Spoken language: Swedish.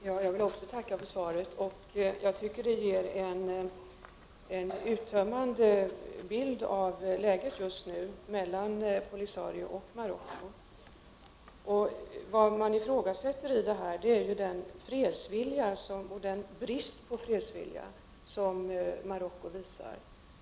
Fru talman! Även jag vill tacka för svaret. Det ger enligt min uppfattning en uttömmande bild av läget just nu mellan Polisario och Marocko. Vad man ifrågasätter i detta sammanhang är den brist på fredsvilja som Marocko visar.